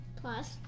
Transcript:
Plus